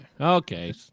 Okay